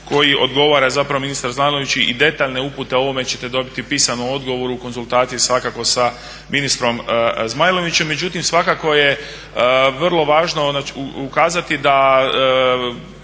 koji odgovara zapravo ministar Zmajlović i detaljne upute o ovome ćete dobiti u pisanom odgovoru u konzultaciji svakako sa ministrom Zmajlovićem. Međutim, svakako je vrlo važno ukazati da